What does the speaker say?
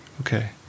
Okay